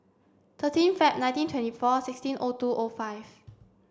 thirteen Feb nineteen twenty four sixteen O two O five